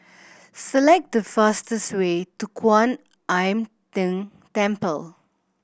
select the fastest way to Kwan Im Tng Temple